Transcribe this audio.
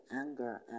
anger